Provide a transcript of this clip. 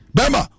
Bema